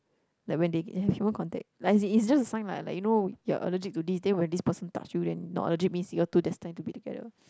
like when they have human contact like it it's just a sign lah like you know you're allergic to this then when this person touch you then not allergic means you all two destined to be together